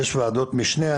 פחות הידבקות, בסדר.